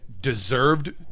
deserved